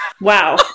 wow